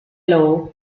law